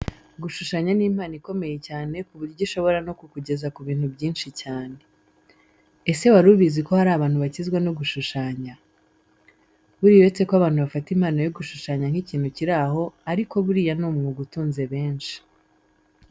Gushushanya ni impano ikomeye cyane ku buryo ishobora no kukugeza ku bintu byinshi cyane. Ese wari ubizi ko hari abantu bakizwa no gushushanya? Buriya uretse ko abantu bafata impano yo gushushanya nk'ikintu kiri aho ariko buriya ni umwuga utunze benshi.